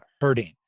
hurting